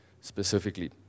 specifically